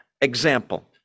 Example